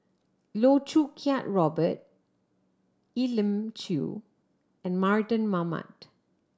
Loh Choo Kiat Robert Elim Chew and Mardan Mamat